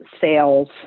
sales